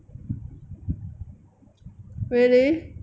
really